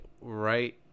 right